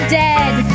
dead